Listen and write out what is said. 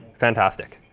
fantastic.